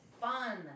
fun